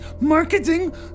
marketing